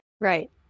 right